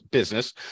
business